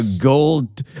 gold